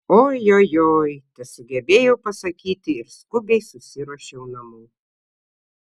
ojojoi tesugebėjau pasakyti ir skubiai susiruošiau namo